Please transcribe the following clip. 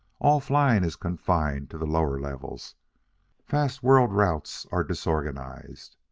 all flying is confined to the lower levels fast world-routes are disorganized.